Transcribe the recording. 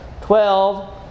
twelve